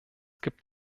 gibt